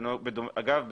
אגב,